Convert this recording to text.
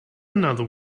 another